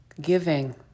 giving